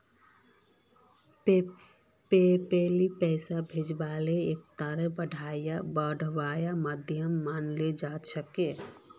PayPal पैसा भेजवार एकता बढ़िया माध्यम मानाल जा छेक